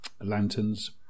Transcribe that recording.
lanterns